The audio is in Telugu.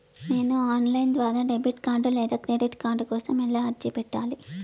నేను ఆన్ లైను ద్వారా డెబిట్ కార్డు లేదా క్రెడిట్ కార్డు కోసం ఎలా అర్జీ పెట్టాలి?